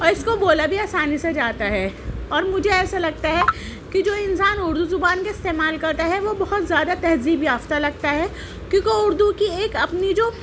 اور اس کو بولا بھی آسانی سے جاتا ہے اور مجھے ایسا لگتا ہے کہ جو انسان اردو زبان کا استعمال کرتا ہے وہ بہت زیادہ تہذیب یافتہ لگتا ہے کیونکہ اردو کی ایک اپنی جو